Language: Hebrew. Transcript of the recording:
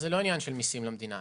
זה לא עניין של מיסים למדינה.